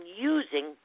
using